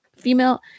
female